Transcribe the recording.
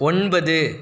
ஒன்பது